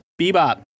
Bebop